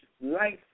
life